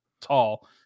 tall